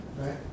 Right